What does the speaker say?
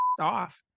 off